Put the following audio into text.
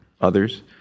others